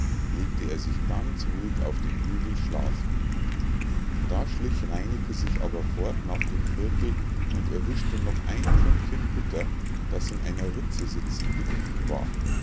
legte er sich ganz ruhig auf dem hügel schlafen da schlich reineke sich aber fort nach dem viertel und erwischte noch ein klümpchen butter das in einer ritze sitzen geblieben war